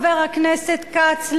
חבר הכנסת כץ,